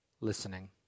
listening